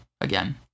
again